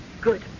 Good